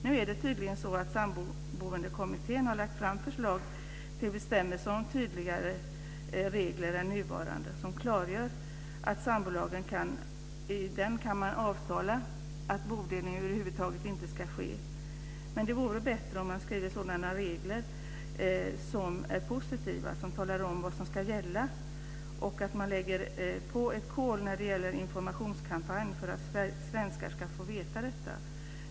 Nu är det tydligen så att Samboendekommittén har lagt fram förslag till en bestämmelse som tydligare än den nuvarande klargör att sambor kan avtala att bodelning över huvud taget inte ska ske. Men det vore bättre om man skrev regler som är positiva och som talar om vad som ska gälla och att man lägger på ett kol när det gäller en informationskampanj för att svenskar ska få veta detta.